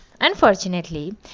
unfortunately